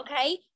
Okay